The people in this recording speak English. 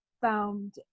found